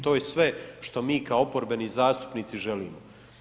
To je sve što mi kao oporbeni zastupnici želimo.